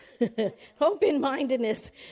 Open-mindedness